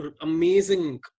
amazing